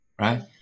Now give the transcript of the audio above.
Right